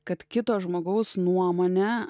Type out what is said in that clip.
kad kito žmogaus nuomone